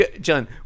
John